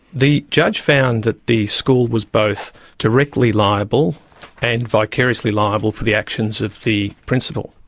the judge found that the school was both directly liable and vicariously liable for the actions of the principal,